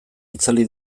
itzali